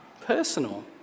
personal